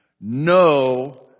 no